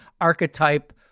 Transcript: archetype